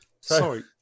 Sorry